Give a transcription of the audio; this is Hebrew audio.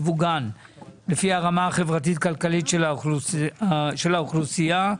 וסיווגן לפי הרמה החברתית-ככלית של האוכלוסייה.